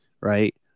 right –